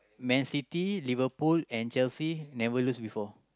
Mancity Liverpool and Chelsea never lose before